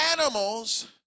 animals